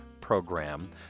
program